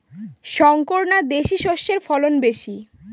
শংকর না দেশি সরষের ফলন বেশী?